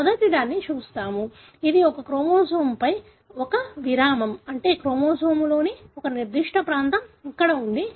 మొదటిదానిని చూద్దాం అది ఒక క్రోమోజోమ్పై ఒక విరామం అంటే క్రోమోజోమ్లోని ఒక నిర్దిష్ట ప్రాంతం ఇక్కడ ఉన్నది